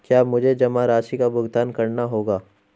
क्या मुझे जमा राशि का भुगतान करना होगा?